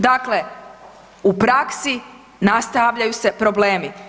Dakle, u praksi nastavljaju se problemi.